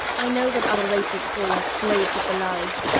i know that other races call us slaves of the lhari.